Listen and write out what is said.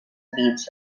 beads